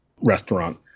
restaurant